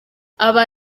aba